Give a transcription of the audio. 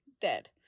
dead